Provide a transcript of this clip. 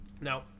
Now